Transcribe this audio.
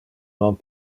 non